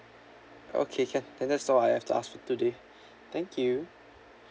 okay can then that's all I have to ask for today thank you